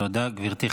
תודה, גברתי.